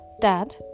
Dad